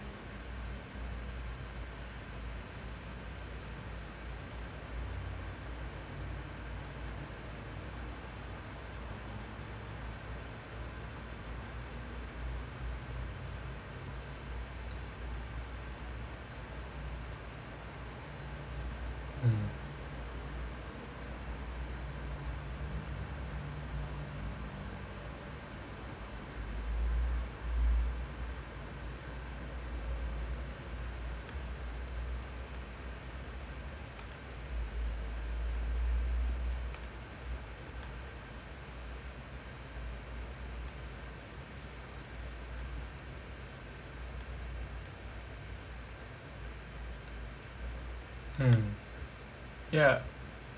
mm ya